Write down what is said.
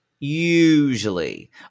Usually